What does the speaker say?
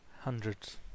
Hundreds